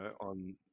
on